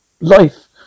life